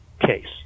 case